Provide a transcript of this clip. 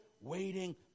waiting